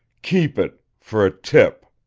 keep it fer a tip!